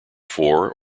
four